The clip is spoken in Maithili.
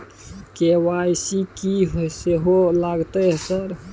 के.वाई.सी की सेहो लगतै है सर?